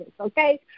okay